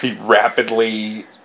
rapidly